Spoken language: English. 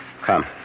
Come